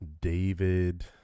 David